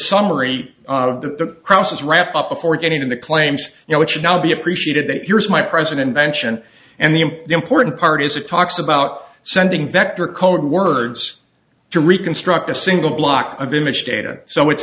summary of the process wrapped up before getting to the claims you know it should now be appreciated that here's my present invention and the important part is it talks about sending vector code words to reconstruct a single block of image data so it's